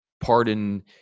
Pardon